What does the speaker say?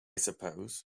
suppose